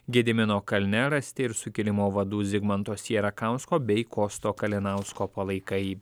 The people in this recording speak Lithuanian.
gedimino kalne rasti ir sukilimo vadų zigmanto sierakausko bei kosto kalinausko palaikai